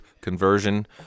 conversion